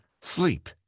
sleep